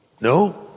no